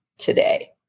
today